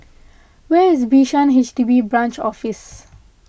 where is Bishan H D B Branch Office